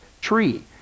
tree